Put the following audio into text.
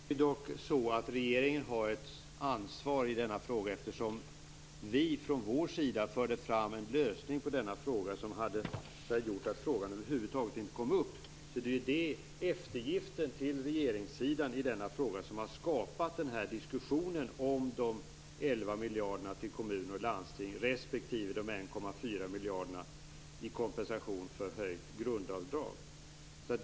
Fru talman! Det är dock så att regeringen har ett ansvar i denna fråga, eftersom vi från vår sida förde fram en lösning som hade gjort att frågan över huvud taget inte hade kommit upp. Det är eftergiften till regeringssidan i denna fråga som har skapat diskussionen om de 11 miljarderna till kommuner och landsting respektive de 1,4 miljarderna i kompensation för höjt grundavdrag.